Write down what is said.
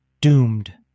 doomed